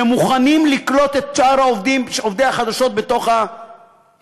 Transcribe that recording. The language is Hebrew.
שהם מוכנים לקלוט את שאר עובדי החדשות בתאגיד,